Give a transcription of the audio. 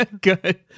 Good